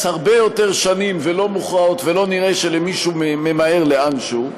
הרבה יותר שנים ולא מוכרעות ולא נראה שמישהו ממהר לאנשהו.